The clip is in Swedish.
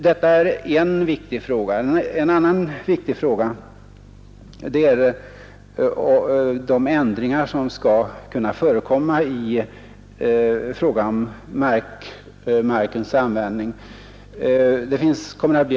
Detta är en viktig fråga. En annan viktig fråga är de ändringar som skall kunna förekomma i fråga om markens användning.